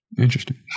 Interesting